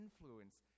influence